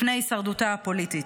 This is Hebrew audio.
לפני הישרדותה הפוליטית,